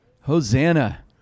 Hosanna